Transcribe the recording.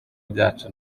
byacu